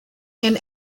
and